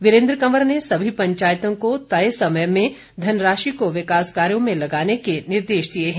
वीरेन्द्र कंवर ने सभी पंचायतों को तय समय में धनराशि को विकास कार्यो में लगाने के निर्देश दिए हैं